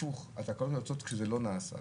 הפוך התקלות נעשות כזה לא נעשה,